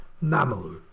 mammal